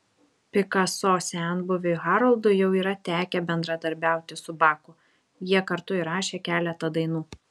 pikaso senbuviui haroldui jau yra tekę bendradarbiauti su baku jie kartu įrašė keletą dainų